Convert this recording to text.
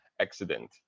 accident